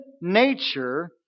nature